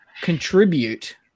contribute